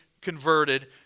converted